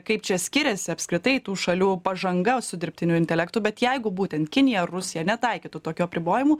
kaip čia skiriasi apskritai tų šalių pažanga su dirbtiniu intelektu bet jeigu būtent kinija rusija netaikytų tokių apribojimų